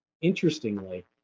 interestingly